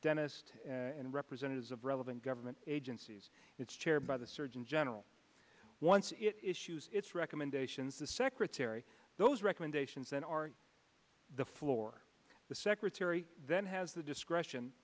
dentist and representatives of relevant government agencies it's chaired by the surgeon general once issues its recommendations the secretary those recommendations then are the floor the secretary then has the discretion